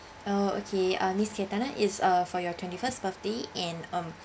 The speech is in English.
uh okay uh miss cathana is uh for your twenty first birthday and um